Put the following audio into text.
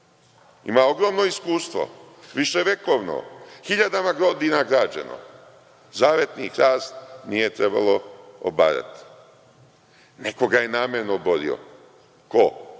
ima ogromno iskustvo, viševekovno, hiljadama godina građeno. Zavetni hrast nije trebalo obarati. Neko ga je namerno oborio. Ko?